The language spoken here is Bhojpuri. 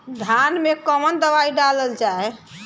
धान मे कवन दवाई डालल जाए?